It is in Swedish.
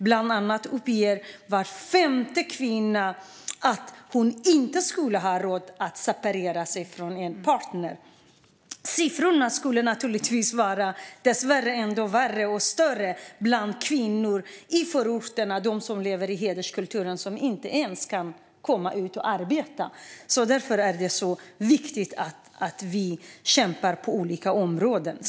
Bland annat uppger var femte kvinna att hon inte skulle ha råd att separera från sin partner. Skillnaderna skulle dessvärre vara ännu större bland kvinnor i förorterna, de som lever i hederskultur och inte ens kan komma ut och arbeta. Därför är det så viktigt att vi kämpar på olika områden.